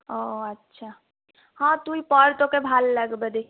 ও আচ্ছা হ্যাঁ তুই পর তোকে ভাল লাগবে